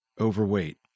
overweight